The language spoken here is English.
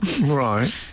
right